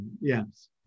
Yes